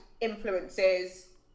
influences